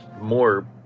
more